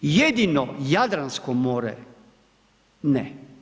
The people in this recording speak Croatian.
Jedino Jadransko more ne.